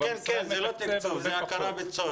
זה הכרה בצורך.